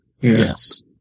Yes